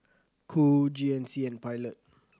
Qoo G N C and Pilot